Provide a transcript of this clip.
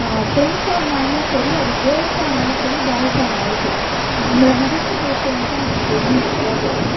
ஃப்ரெண்ட்ஸாக இருந்தாலும் சரி அது கேர்ள்ஸாக இருந்தாலும் சரி பாய்ஸாக இருந்தாலும் சரி நம்மள மதித்து பேசுகிறவங்கள்ட்ட நம்ப எப்போதும் நல்லாதான் பேசணும்